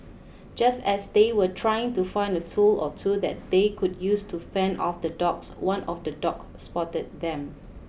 just as they were trying to find a tool or two that they could use to fend off the dogs one of the dogs spotted them